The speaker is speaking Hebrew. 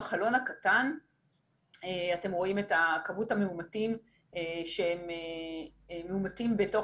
בחלון הקטן אתם רואים את כמות המאומתים שהם מאומתים בתוך